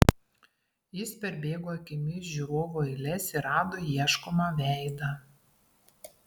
jis perbėgo akimis žiūrovų eiles ir rado ieškomą veidą